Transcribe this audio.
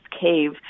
cave